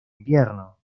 invierno